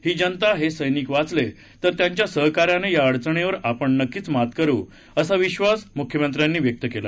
ही जनता हे सैनिक वाचले तर त्यांच्या सहकार्यानं या अडचणीवर आपण नक्कीच मात करू असा विश्वास ही मुख्यमंत्र्यांनी व्यक्त केला